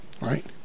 right